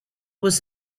was